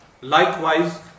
Likewise